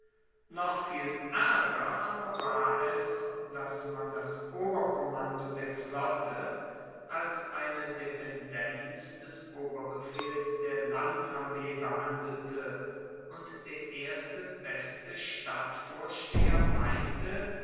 noch viel aerger aber war es dass man das oberkommando der flotte als eine dependenz des oberbefehls der landarmee behandelte und der erste beste stadtvorsteher meinte